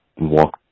walk